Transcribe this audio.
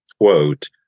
quote